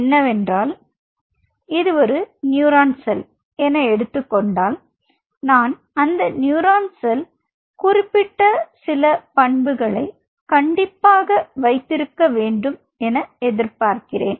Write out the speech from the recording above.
என்னவென்றால் இது ஒரு நியூரான் செல் என எடுத்துக் கொண்டால் நான் அந்த நியூரான் செல் குறிப்பிட்ட சில பண்புகளை கண்டிப்பாக வைத்திருக்க வேண்டும் என எதிர்பார்க்கிறேன்